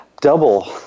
double